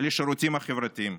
לשירותים החברתיים,